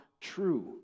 true